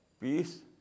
Peace